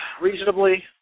reasonably